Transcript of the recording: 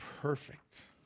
perfect